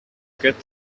get